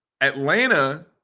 Atlanta